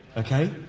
ok?